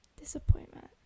Disappointment